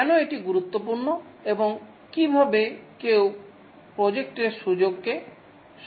কেন এটি গুরুত্বপূর্ণ এবং কীভাবে কেউ প্রজেক্টের সুযোগকে সংজ্ঞা দেয়